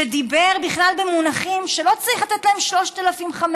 שדיבר בכלל במונחים שלא צריך לתת להם 3,500